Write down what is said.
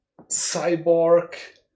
Cyborg